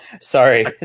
sorry